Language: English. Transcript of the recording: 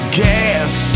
gas